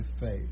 faith